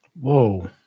Whoa